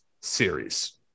series